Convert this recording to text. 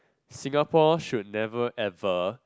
Singapore should never ever